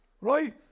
right